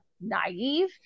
naive